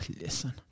Listen